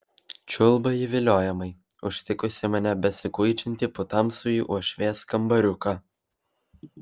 čiulba ji viliojamai užtikusi mane besikuičiantį po tamsųjį uošvės kambariuką